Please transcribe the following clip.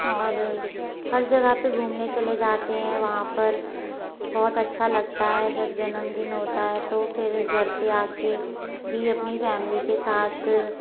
और हर जगह पे घूमने चले जाते हैं वहाँ पर बहुत अच्छा लगता है जब जन्मदिन होता है तो फिर घर पे आ के भी अपनी फैमिली के साथ